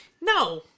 no